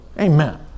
Amen